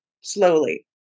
slowly